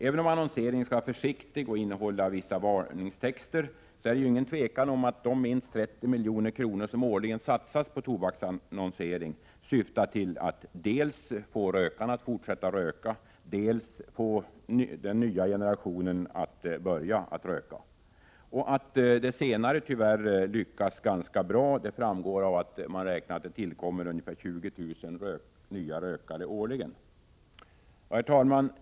Även om annonseringen skall vara försiktig och innehålla viss varningstext, är det utan tvivel så att de minst 30 milj.kr. som årligen satsas på tobaksannonsering syftar till att dels få rökarna att fortsätta att röka, dels få den unga generationen att börja röka. Att det senare tyvärr lyckas ganska bra framgår av att man räknar med att det årligen tillkommer ungefär 20 000 nya rökare. Herr talman!